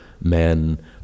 men